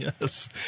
yes